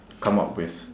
come up with